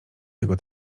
tego